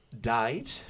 died